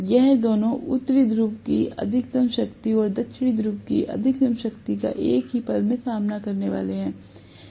यह दोनों उत्तरी ध्रुव की अधिकतम शक्ति और दक्षिण ध्रुव की अधिकतम शक्ति का एक ही पल में सामना करने वाले हैं